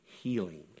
healing